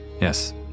Yes